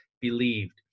believed